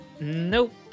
Nope